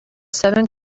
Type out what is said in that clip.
seven